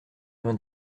vingt